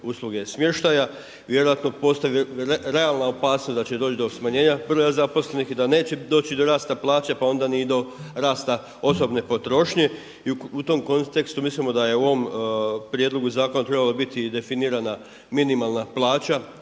usluge smještaja vjerojatno postoji realna opasnost da će doći do smanjenja broja zaposlenih i da neće doći do rasta plaća pa onda ni do rasta osobne potrošnje i u tom kontekstu mislimo da je u ovom prijedlogu zakona trebalo biti definirana minimalna plaća